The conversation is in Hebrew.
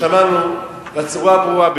של תנועת